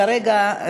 כרגע,